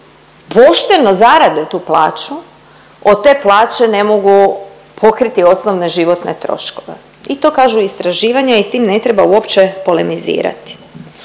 pošteno zarade tu plaću, od te plaće ne mogu pokriti osnovne životne troškove i to kažu istraživanja i s tim ne treba uopće polemizirati.